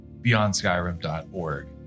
beyondskyrim.org